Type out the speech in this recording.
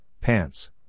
pants